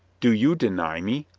do you deny me?